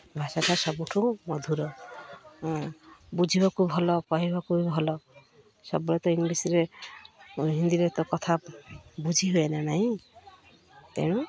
ଭାଷାଟା ସବୁଠୁ ମଧୁର ବୁଝିବାକୁ ଭଲ କହିବାକୁ ବି ଭଲ ସବୁବେଳେ ତ ଇଂଲିଶ୍ରେ ହିନ୍ଦୀରେ ତ କଥା ବୁଝି ହୁଏନା ନାଇଁ ତେଣୁ